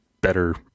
better